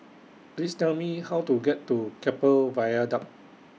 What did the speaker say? Please Tell Me How to get to Keppel Viaduct